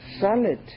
solid